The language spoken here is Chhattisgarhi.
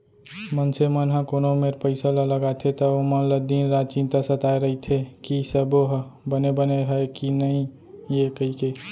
मनसे मन ह कोनो मेर पइसा ल लगाथे त ओमन ल दिन रात चिंता सताय रइथे कि सबो ह बने बने हय कि नइए कइके